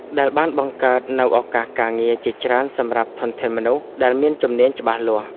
ដែលបានបង្កើតនូវឱកាសការងារជាច្រើនសម្រាប់ធនធានមនុស្សដែលមានជំនាញច្បាស់លាស់។